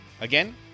Again